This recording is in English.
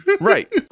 Right